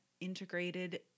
integrated